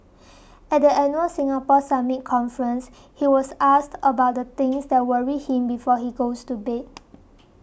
at the annual Singapore Summit conference he was asked about the things that worry him before he goes to bed